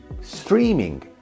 streaming